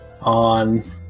on